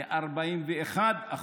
ל-41%.